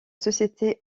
société